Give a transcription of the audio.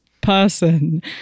person